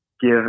give